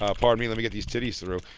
ah pardon me, let me get these titties through.